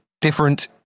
different